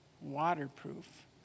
waterproof